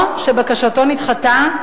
או שבקשתו נדחתה,